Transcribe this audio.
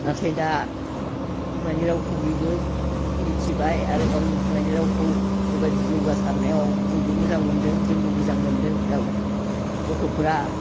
नाथाय दा बिमानि रावखौ बयबो मिथिबाय आरो गावनि बिमानि रावखौ बेबायदि जौगासारनायाव बयबो मोजां मोन्दों जोंबो मोजां मोन्दों दा गथ'फोरा